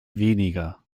weniger